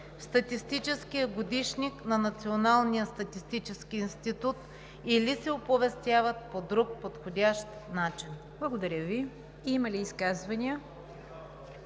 в статистическия годишник на Националния статистически институт или се оповестяват по друг подходящ начин.“ ПРЕДСЕДАТЕЛ НИГЯР ДЖАФЕР: Има ли изказвания?